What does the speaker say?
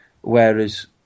whereas